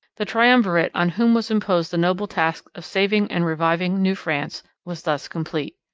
the triumvirate on whom was imposed the noble task of saving and reviving new france was thus complete.